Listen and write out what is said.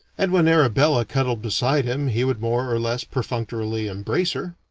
and when arabella cuddled beside him he would more or less perfunctorily embrace her.